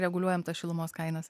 reguliuojam tas šilumos kainas